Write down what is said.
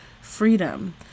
freedom